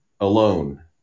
alone